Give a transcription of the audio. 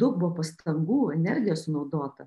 daug buvo pastangų energijos sunaudota